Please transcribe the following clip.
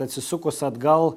atsisukus atgal